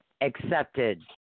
accepted –